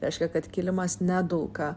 reiškia kad kilimas nedulka